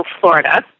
Florida